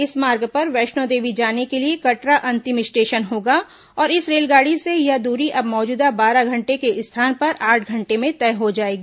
इस मार्ग पर वैष्णोदेवी जाने के लिए कटरा अंतिम स्टेशन होगा और इस रेलगाड़ी से यह दूरी अब मौजूदा बारह घंटे के स्थान पर आठ घंटे में तय हो जाएगी